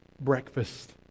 breakfast